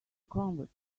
convert